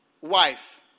wife